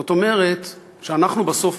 זאת אומרת שאנחנו, בסוף,